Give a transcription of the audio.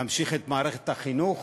להמשיך במערכת החינוך